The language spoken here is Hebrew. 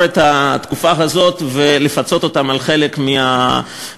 את התקופה הזאת ולפצות אותם על חלק מהבעיות.